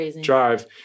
drive